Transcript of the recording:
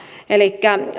elikkä